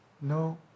No